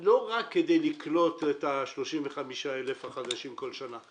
לא רק כדי לקלוט את ה-35,000 החדשים בכל שנה,